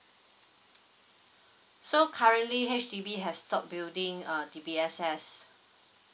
so currently H_D_B has stop building a D_B_S_S